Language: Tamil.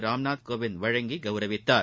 ராம்நாத் கோவிந்த் வழங்கி கௌரவித்தார்